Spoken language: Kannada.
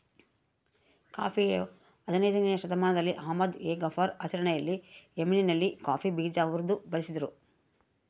ಕಾಫಿಯು ಹದಿನಯ್ದನೇ ಶತಮಾನದಲ್ಲಿ ಅಹ್ಮದ್ ಎ ಗಫರ್ ಆಚರಣೆಯಲ್ಲಿ ಯೆಮೆನ್ನಲ್ಲಿ ಕಾಫಿ ಬೀಜ ಉರಿದು ಬಳಸಿದ್ರು